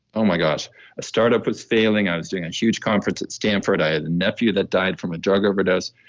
oh my gosh, a start-up was failing i was doing a and huge conference at stanford, i had a nephew that died from a drug overdose.